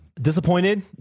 Disappointed